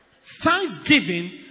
Thanksgiving